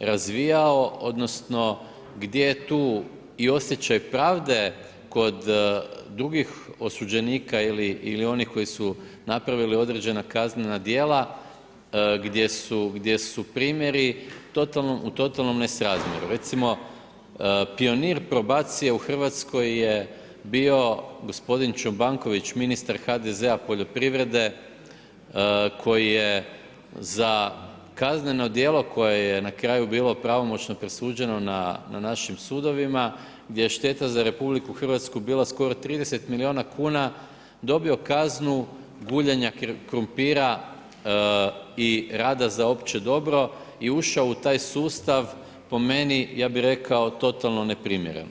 razvijao odnosno gdje tu i osjećaj pravde kod drugih osuđenika ili onih koji su napravili određena kaznena djela, gdje su primjeri totalno, u totalnom nesrazmjeru, recimo pionir probacije u Hrvatskoj je bio gospodin Čobanković, ministar HDZ-a poljoprivrede koji je za kazneno djelo koje je na kraju bilo pravomoćno prosuđeno na našim sudovima, gdje je šteta za Republiku Hrvatsku bila skoro 30 milijuna kuna dobio kaznu guljenja krumpira i rada za opće dobro i ušao u taj sustav, po meni, ja bi rekao, totalno neprimjereno.